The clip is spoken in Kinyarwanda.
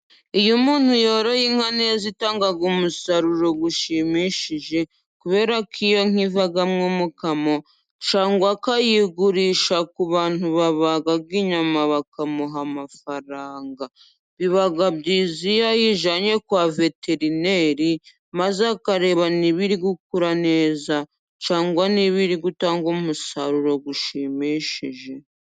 Iyo umuntu yoroye inka neza itanga umusaruro ushimishije, kubera ko iyo nka ivamo umukamo cyangwa akayigurisha ku bantu babaga inyama bakamuha amafaranga, biba byizi iyo ayijyanye kwa veterineri maze akareba niba iri igukura neza cyangwa niba iri gutanga umusaruro ushimishije.